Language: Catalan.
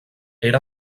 era